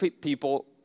people